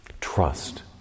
Trust